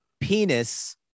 penis